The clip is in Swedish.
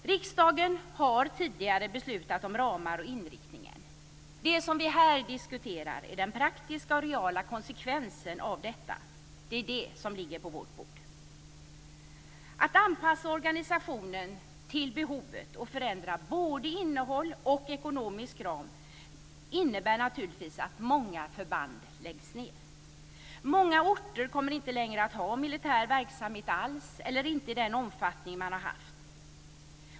Riksdagen har tidigare beslutat om ramar i inriktningen. Det vi här diskuterar är den praktiska och reala konsekvensen av detta. Det är det som ligger på vårt bord. Att anpassa organisationen till behovet och förändra både innehåll och ekonomisk ram innebär naturligtvis att många förband läggs ned. Många orter kommer inte längre att ha militär verksamhet alls, eller inte i den omfattning man har haft.